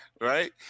right